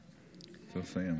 צריך לסיים.